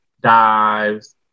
dives